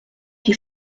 qui